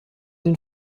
den